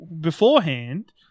beforehand